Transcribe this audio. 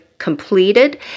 completed